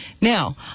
Now